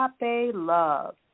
love